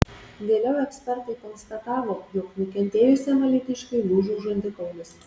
vėliau ekspertai konstatavo jog nukentėjusiam alytiškiui lūžo žandikaulis